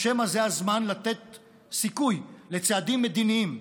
או שמא זה הזמן לתת סיכוי לצעדים מדיניים,